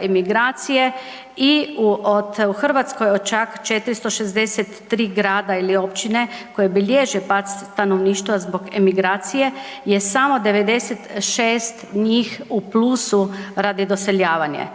emigracije. I u, od u Hrvatskoj u čak 463 grada ili općine koje bilježe pad stanovništva zbog emigracije je samo 96 njih u plusu radi doseljavanja.